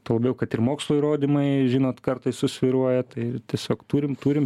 tuo labiau kad ir mokslo įrodymai žinot kartais susvyruoja tai ir tiesiog turim turim